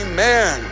Amen